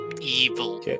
Evil